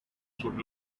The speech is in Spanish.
sus